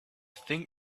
thing